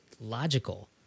logical